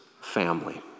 family